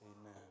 Amen